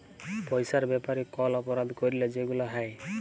পইসার ব্যাপারে কল অপরাধ ক্যইরলে যেগুলা হ্যয়